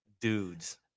dudes